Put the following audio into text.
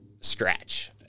scratch